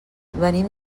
venim